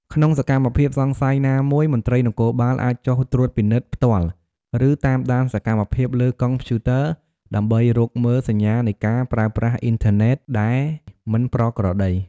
ក្នុងសកម្មភាពសង្ស័យណាមួយ មន្ត្រីនគរបាលអាចចុះត្រួតពិនិត្យផ្ទាល់ ឬតាមដានសកម្មភាពលើកុំព្យូទ័រ ដើម្បីរកមើលសញ្ញានៃការប្រើប្រាស់អ៊ីនធឺណិតដែលមិនប្រក្រតី។